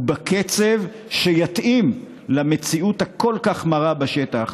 ובקצב שיתאים למציאות הכל-כך מרה בשטח,